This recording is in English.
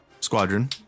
Squadron